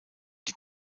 die